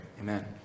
Amen